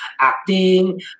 acting